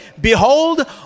Behold